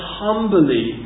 humbly